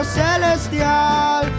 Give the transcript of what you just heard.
celestial